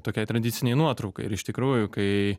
tokiai tradicinei nuotraukai ir iš tikrųjų kai